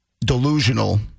delusional